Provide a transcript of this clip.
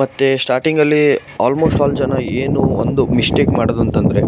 ಮತ್ತು ಸ್ಟಾರ್ಟಿಂಗಲ್ಲಿ almost all ಜನ ಏನು ಒಂದು ಮಿಶ್ಟೇಕ್ ಮಾಡೋದು ಅಂತ ಅಂದ್ರೆ